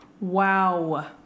Wow